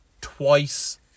twice